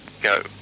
go